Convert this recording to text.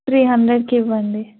three హండ్రెడ్కి ఇవ్వండి